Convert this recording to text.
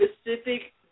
specific